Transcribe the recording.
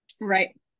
right